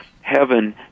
heaven